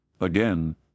again